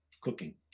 cooking